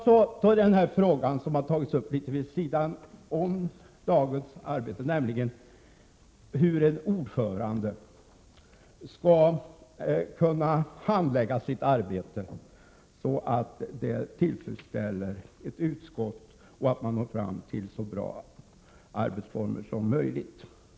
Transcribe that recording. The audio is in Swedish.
Så till den fråga som har tagits upp litet vid sidan om dagens arbete, nämligen hur en ordförande skall kunna handlägga sitt arbete så att det tillfredsställer ett utskott och så att man når fram till så bra arbetsformer som möjligt.